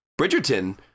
Bridgerton